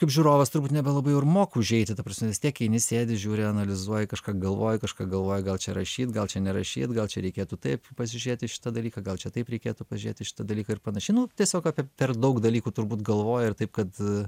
kaip žiūrovas turbūt nebelabai ir moku užeiti ta prasme vis tiek eini sėdi žiūri analizuoji kažką galvoji kažką galvoji gal čia rašyt gal čia nerašyt gal čia reikėtų taip pasižiūrėti šitą dalyką gal čia taip reikėtų pažiūrėti į šitą dalyką ir panašiai nu tiesiog apie per daug dalykų turbūt galvoji ir taip kad